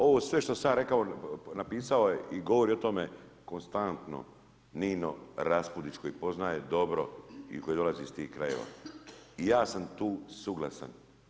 Ovo sve što sam ja rekao napisao je i govori o tome konstantno Nino Raspudić koji poznaje dobro i koji dolazi iz tih krajeva i ja sam tu suglasan.